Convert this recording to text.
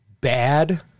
bad